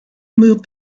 move